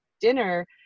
dinner